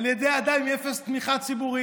על ידי אדם עם אפס תמיכה ציבורית.